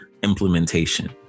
implementation